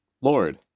Lord